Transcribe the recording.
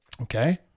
Okay